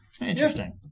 Interesting